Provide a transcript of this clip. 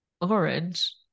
orange